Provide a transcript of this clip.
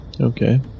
Okay